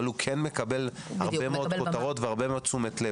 אבל הוא כן מקבל הרבה מאוד כותרות והרבה מאוד תשומת לב